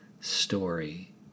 story